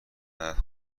عدد